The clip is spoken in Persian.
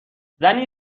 زنی